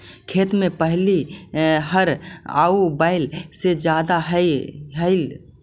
खेत में पहिले हर आउ बैल से जोताऽ हलई